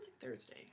thursday